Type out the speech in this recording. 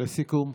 לסיכום?